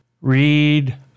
read